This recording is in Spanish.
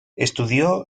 estudió